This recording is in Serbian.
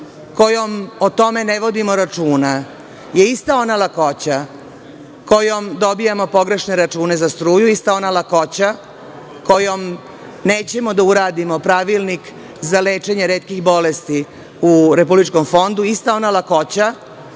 kojom o tome ne vodimo računa je ista ona lakoća kojom dobijamo pogrešne račune za struju, ista ona lakoća kojom nećemo da uradimo pravilnik za lečenje retkih bolesti u Republičkom fondu, ista ona lakoća